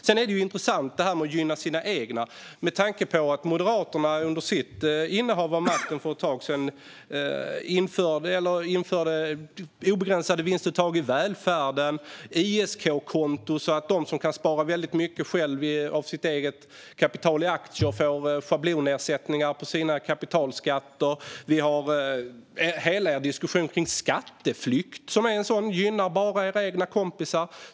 Sedan är det intressant detta med att gynna sina egna, med tanke på att Moderaterna under sitt innehav av makten för ett tag sedan införde obegränsade vinstuttag i välfärden, ISK-konto, så att de som kan spara väldigt mycket av sitt eget kapital i aktier får schablonnedsättningar av sina kapitalskatter, och skatteflykt är något som bara gynnar era kompisar.